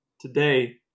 Today